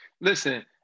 Listen